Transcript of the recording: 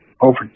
over